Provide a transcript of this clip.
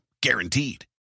guaranteed